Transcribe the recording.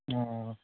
ও